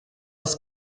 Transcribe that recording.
els